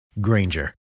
Granger